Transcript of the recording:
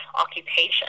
occupation